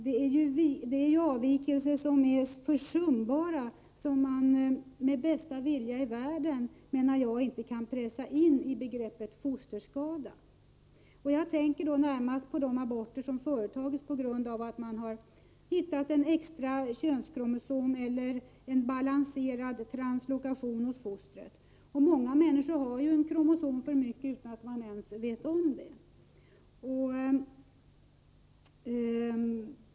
Det är försumbara avvikelser, som man enligt min mening inte med bästa vilja i världen kan pressa in i begreppet fosterskada. Jag tänker närmast på de aborter som har företagits på grund av att man har funnit en extra könskromosom eller en balanserad translokation hos fostret. Många människor har en kromosom för mycket utan att ens veta om det.